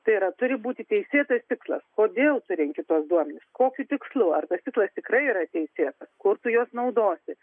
tai yra turi būti teisėtas tikslas kodėl tu renki tuos duomenis kokiu tikslu ar tas tikslas tikrai yra teisėtas kur tu juos naudosi